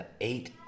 eight